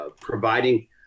providing